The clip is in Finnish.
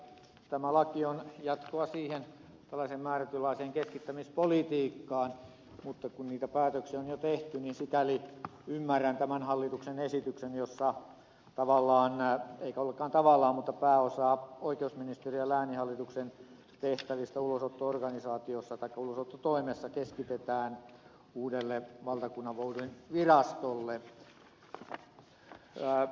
tämä laki on jatkoa tällaiseen määrätynlaiseen keskittämispolitiikkaan mutta kun niitä päätöksiä on jo tehty niin sikäli ymmärrän tämän hallituksen esityksen jossa tavallaan eikä ollenkaan tavallaan vaan pääosaa oikeusministeriön ja lääninhallituksen tehtävistä ulosotto organisaatiossa taikka ulosottotoimessa keskitetään uudelle valtakunnanvoudinvirastolle